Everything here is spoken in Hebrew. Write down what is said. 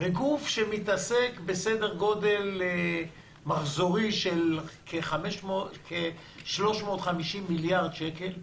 וגוף שמתעסק בסדר גודל מחזורי של כ-350 מיליארד שקל.